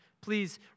Please